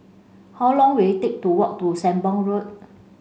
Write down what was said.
how long will it take to walk to Sembong Road